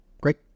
Great